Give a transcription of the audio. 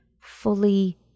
fully